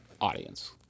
audience